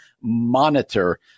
monitor